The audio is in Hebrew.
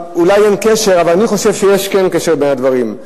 אין קשר, אבל אני חושב שכן יש קשר בין הדברים.